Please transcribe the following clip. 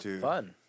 Fun